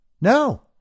No